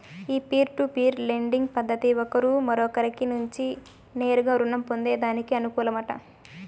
ఈ peer to peer lending పద్దతి ఒకరు మరొకరి నుంచి నేరుగా రుణం పొందేదానికి అనుకూలమట